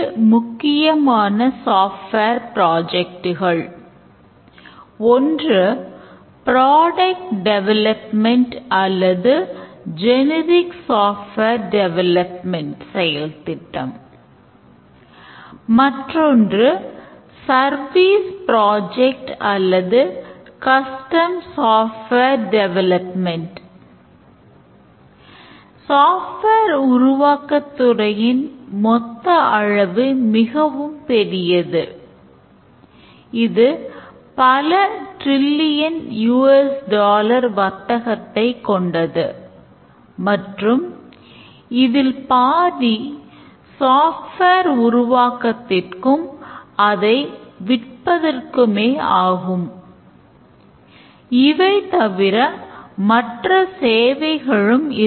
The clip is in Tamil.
இரு முக்கியமான சாஃப்ட்வேர் ப்ராஜெக்ட்கள்